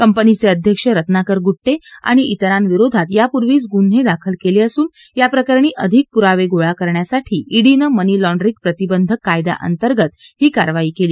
कंपनीचे अध्यक्ष रत्नाकर गुट्टे आणि विरांविरोधात यापूर्वीच गुन्हे दाखल केले असून याप्रकरणी अधिक पुरावे गोळा करण्यासाठी ईडीनं मनी लाँडरिंग प्रतिबंधक कायद्याअंतर्गत ही कारवाई केली